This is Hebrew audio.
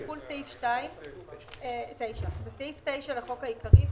תיקון סעיף 173. בסעיף 17 לחוק העיקרי,